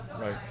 Right